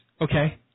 Okay